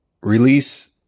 Release